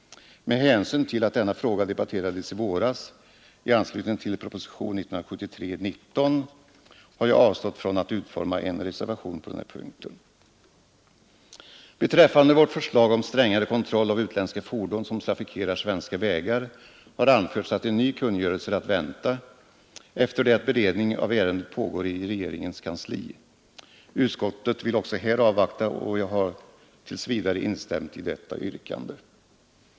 Med hänsyn till att denna fråga debatterades i våras, i anslutning till propositionen 1973:19, har jag avstått från att utforma en reservation på denna punkt. Beträffande vårt förslag om strängare kontroll av utländska fordon som trafikerar svenska vägar har anförts att en ny kungörelse är att vänta efter den beredning av ärendet som pågår i regeringens kansli. Utskottet vill också här avvakta, och jag har tills vidare instämt i detta yrkande.